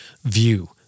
view